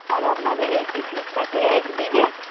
আর আপনাদের এই পিকনিকটা কি একদিনের